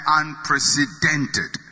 unprecedented